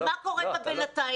אבל מה קורה בינתיים,